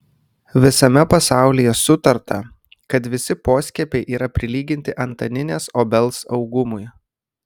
visame pasaulyje sutarta kad visi poskiepiai yra prilyginti antaninės obels augumui